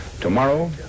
Tomorrow